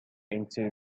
into